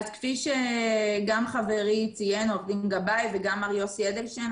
כפי שציין עורך דין גבאי וגם מר יוסף אדלשטיין,